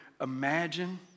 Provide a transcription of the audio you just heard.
imagine